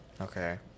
okay